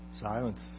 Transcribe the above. Silence